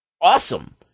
awesome